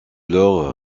leurs